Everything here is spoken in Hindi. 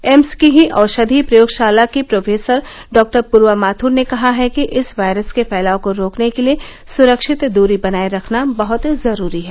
एम्स की ही औषधीय प्रयोगशाला की प्रोफेसर डॉ पूर्वा माथुर ने कहा है कि इस वायरस के फैलाव को रोकने के लिए सुरक्षित दूरी बनाये रखना बहुत जरूरी है